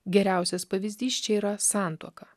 geriausias pavyzdys čia yra santuoka